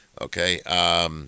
Okay